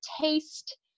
taste